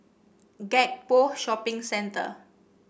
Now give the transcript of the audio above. Gek Poh Shopping Centre